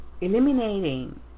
eliminating